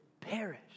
perish